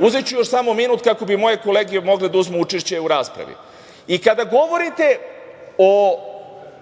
Uzeću još samo minut kako bi moje kolege mogle da uzmu učešće u raspravi. Kada govorite o